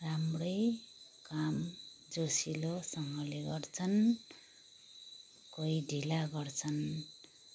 राम्रै काम जोसिलोसँगले गर्छन् कोही ढिला गर्छन्